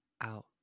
out